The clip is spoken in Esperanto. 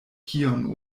kion